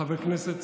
חברי הכנסת,